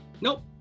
nope